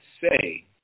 say